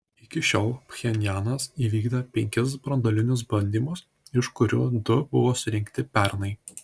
iki šiol pchenjanas įvykdė penkis branduolinius bandymus iš kurių du buvo surengti pernai